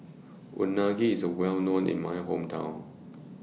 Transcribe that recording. Unagi IS Well known in My Hometown